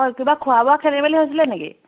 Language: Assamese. হয় কিবা খোৱা বোৱা খেলিমেলি হৈছিলে নেকি